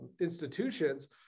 institutions